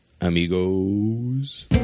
amigos